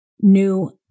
new